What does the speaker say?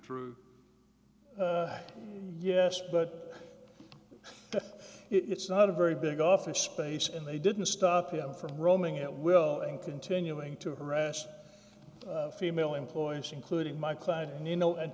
true yes but it's not a very big office space and they didn't stop him from roaming at will and continuing to harass female employees including my client and you know and